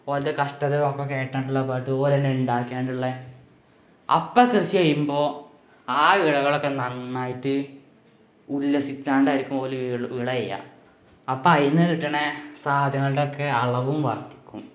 ഓല്ത് കഷ്ടത ഒക്കെ കേട്ടോണ്ടുള്ള പാട്ട് ഓരന്നെ ഉണ്ടാക്കിയാണ്ടുള്ളെ അപ്പോള് കൃഷി ചെയ്യുമ്പോള് ആ വിളകളൊക്കെ നന്നായിട്ട് ഉല്ലസിച്ചാണ്ടായിരിക്കും ഓല് വിള ചെയ്യുക അപ്പോള് അതില്നിന്ന് കിട്ടുന്ന സാധനങ്ങളുടെയൊക്കെ അളവും വര്ധിക്കും